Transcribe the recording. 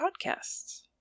podcasts